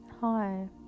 Hi